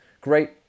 great